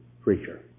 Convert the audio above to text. preacher